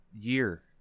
year